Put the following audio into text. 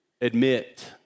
admit